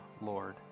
Lord